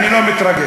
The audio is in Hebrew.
אני לא מתרגש.